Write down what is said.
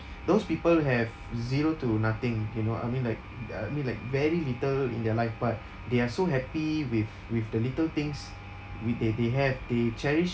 those people have zero to nothing you know I mean like uh I mean like very little in their life but they are so happy with with the little things with they they have they cherish